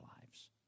lives